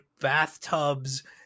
bathtubs